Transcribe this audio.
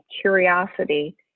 curiosity